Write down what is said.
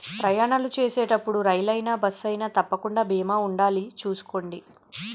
ప్రయాణాలు చేసేటప్పుడు రైలయినా, బస్సయినా తప్పకుండా బీమా ఉండాలి చూసుకోండి